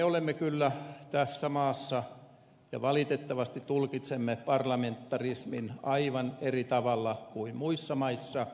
me kyllä tässä maassa valitettavasti tulkitsemme parlamentarismin aivan eri tavalla kuin muissa maissa